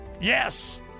Yes